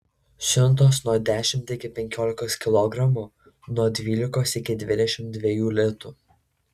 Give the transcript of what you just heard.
siuntos nuo dešimt iki penkiolikos kilogramų nuo dvylikos iki dvidešimt dviejų litų